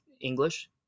English